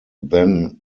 then